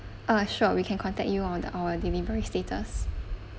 uh sure we can contact you on the our delivery status